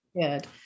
Good